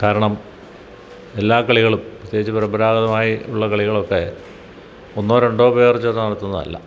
കാരണം എല്ലാ കളികളും പ്രത്യേകിച്ച് പരമ്പരാഗതമായി ഉള്ള കളികള് ഒക്കെ ഒന്നോ രണ്ടോ പേര് ചേര്ന്ന് നടത്തുന്നതല്ല